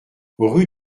rue